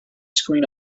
screen